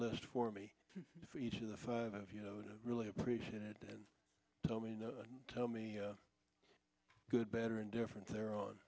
list for me for each of the five of you know to really appreciate it and tell me no tell me good bad or indifferent there on